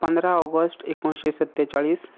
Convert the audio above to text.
पंदरा ऑगस्ट एकुणशे सत्तेचाळीस